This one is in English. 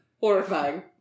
Horrifying